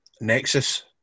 Nexus